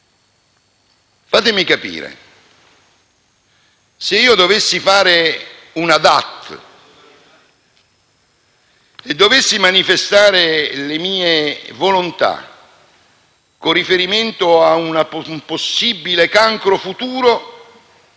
Fatemi capire: se dovessi fare una DAT e dovessi manifestare le mie volontà, con riferimento ad un possibile cancro futuro,